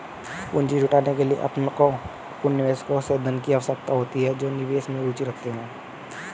पूंजी जुटाने के लिए, आपको उन निवेशकों से धन की आवश्यकता होती है जो निवेश में रुचि रखते हैं